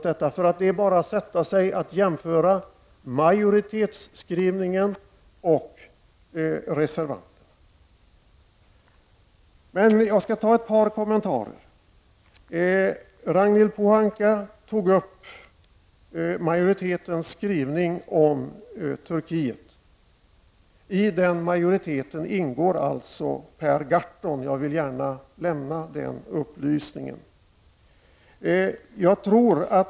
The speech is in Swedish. Det är bara att sätta sig och jämföra majoritetsskrivningen och reservationerna. Men jag skall ta ett par kommentarer. Ragnhild Pohanka tog upp frågan om majoritetsskrivningen angående Turkiet. I den majoriteten ingår Per Gahrton — jag vill gärna lämna den upplysningen.